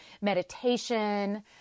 meditation